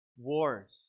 wars